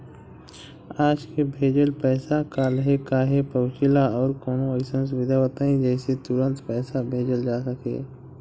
आज के भेजल पैसा कालहे काहे पहुचेला और कौनों अइसन सुविधा बताई जेसे तुरंते पैसा भेजल जा सके?